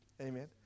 Amen